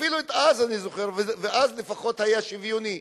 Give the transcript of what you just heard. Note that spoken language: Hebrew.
אפילו אז אני זוכר, ואז לפחות זה היה שוויוני.